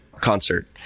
concert